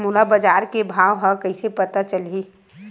मोला बजार के भाव ह कइसे पता चलही?